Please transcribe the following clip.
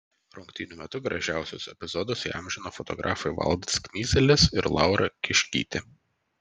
rungtynių metu gražiausius epizodus įamžino fotografai valdas knyzelis ir laura kiškytė